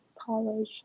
college